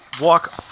walk